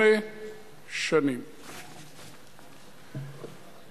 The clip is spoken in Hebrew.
לייעוץ המשפטי,